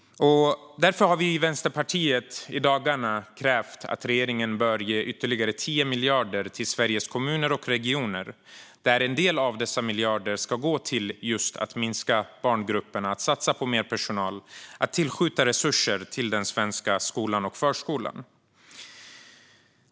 Därför har vi i Vänsterpartiet i dagarna krävt att regeringen ska ge ytterligare 10 miljarder till Sveriges kommuner och regioner, och en del av dessa miljarder ska gå just till att minska barngruppernas storlek, att satsa på mer personal och tillskjuta resurser till den svenska skolan och förskolan.